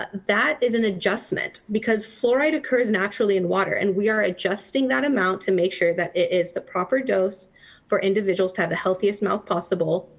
but that is an adjustment because fluoride occurs naturally in water and we are adjusting that amount to make sure that it is the proper dose for individuals to have the healthiest mouth possible,